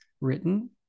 written